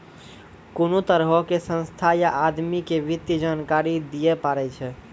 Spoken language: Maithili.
कोनो तरहो के संस्था या आदमी के वित्तीय जानकारी दियै पड़ै छै